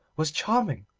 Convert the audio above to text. was charming.